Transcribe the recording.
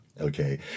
okay